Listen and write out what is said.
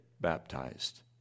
baptized